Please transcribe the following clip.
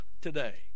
today